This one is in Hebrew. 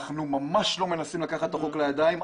אנחנו ממש לא מנסים לקחת את החוק לידיים,